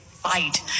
fight